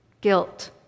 guilt